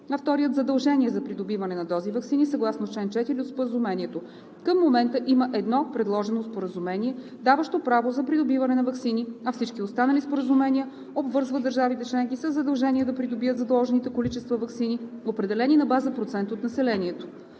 а вторият – задължение за придобиване на дози ваксини, съгласно чл. 4 от Споразумението. Към момента има едно предложено споразумение, даващо право за придобиване на ваксини, а всички останали споразумения обвързват държавите членки със задължение да придобият заложените количества ваксини, определени на базата процент от населението.